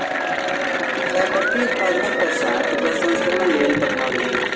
चाय पत्ती उत्पादनक पश्चात प्रसंस्करणक लेल पठाओल गेल